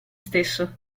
stesso